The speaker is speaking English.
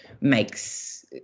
makes